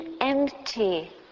empty